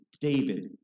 David